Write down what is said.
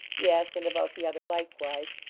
yes, and about the other likewise,